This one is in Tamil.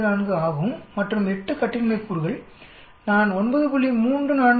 44 ஆகும் மற்றும் 8 கட்டின்மை கூறுகள்நான் 9